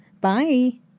bye